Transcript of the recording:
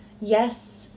Yes